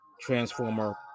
Transformer